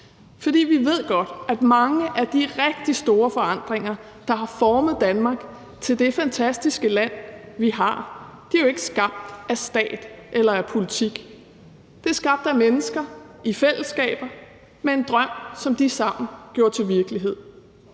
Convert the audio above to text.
for vi ved godt, at mange af de rigtig store forandringer, der har formet Danmark til det fantastiske land, vi har, ikke er skabt af stat eller af politik. Det er skabt af mennesker i fællesskaber med en drøm, som de sammen gjorde til virkelighed.